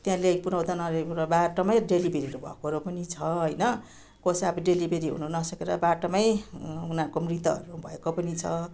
त्यहाँ ल्याइपुर्याउँदा नल्याइपुर्याउँदा बाटोमै डेलिभेरीहरू भएको पनि छ होइन कसैको अब डेलिभेरी हुनु नसकेर बाटोमै उनीहरूको मृत भएको पनि छ